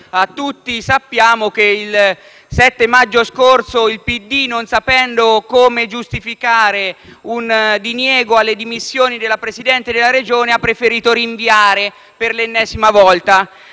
Tutti sappiamo che il 7 maggio scorso il PD, non sapendo come giustificare un diniego alle dimissioni della Presidente della Regione, ha preferito rinviare per l'ennesima volta;